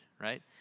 right